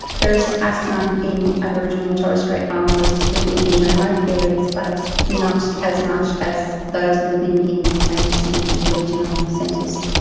there is asthma in aboriginal and torres strait islanders living in remote areas but it's not as much as those living in major cities and regional centres.